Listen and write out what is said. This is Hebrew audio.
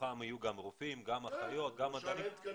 מתוכם יהיו גם רופאים, גם אחיות, גם מדענים.